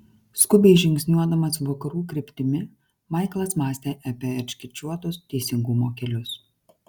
skubiai žingsniuodamas vakarų kryptimi maiklas mąstė apie erškėčiuotus teisingumo kelius